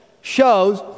shows